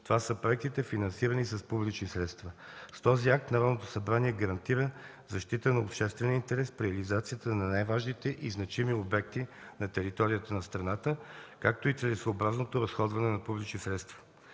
Това са проектите, финансирани с публични средства. С този акт Народното събрание гарантира защита на обществения интерес в реализацията на най-важните и значими обекти на територията на страната, както и целесъобразното разходване на публични средства.